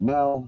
Now